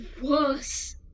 worse